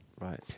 Right